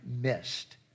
missed